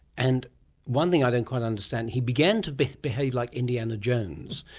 and one thing i don't quite understand, he began to behave like indiana jones.